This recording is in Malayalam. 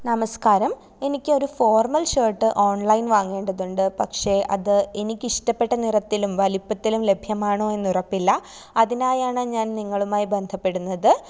നമസ്കാരം എനിക്കൊര് ഫോർമൽ ഷർട്ട് ഓൺലൈൻ വാങ്ങേണ്ടത് ഉണ്ട് പക്ഷേ അത് എനിക്കിഷ്ടപ്പെട്ട നിറത്തിലും വലിപ്പത്തിലും ലഭ്യമാണോ എന്ന് ഉറപ്പില്ല അതിനായാണ് ഞാൻ നിങ്ങളുമായി ബന്ധപ്പെടുന്നത്